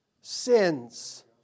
sins